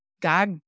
God